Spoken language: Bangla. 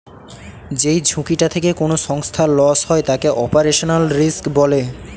যেই ঝুঁকিটা থেকে কোনো সংস্থার লস হয় তাকে অপারেশনাল রিস্ক বলে